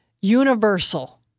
universal